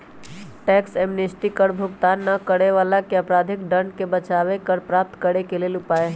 tax amnesty कर भुगतान न करे वलाके अपराधिक दंड से बचाबे कर प्राप्त करेके लेल उपाय हइ